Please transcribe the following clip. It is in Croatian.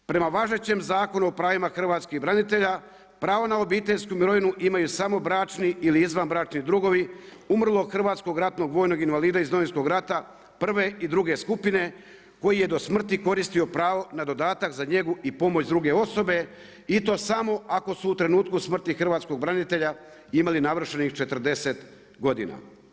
Prema važećem Zakonu pravima hrvatskih branitelja iz Domovinskog rata pravo na obiteljsku mirovinu imaju samo bračni ili izvanbračni drugovi umrlog hrvatskog ratnog vojnog invalida iz Domovinskog rata prve i druge skupine koji je do smrti koristio pravo na dodatak za njegu i pomoć druge osobe i to samo ako su u trenutku smrti hrvatskog branitelja imali navršenih 40 godina.